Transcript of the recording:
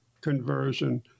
conversion